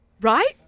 Right